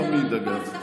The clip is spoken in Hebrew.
היו תמיד, אגב.